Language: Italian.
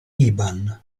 iban